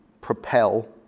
propel